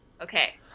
Okay